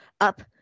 up